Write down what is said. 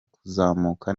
kuzamuka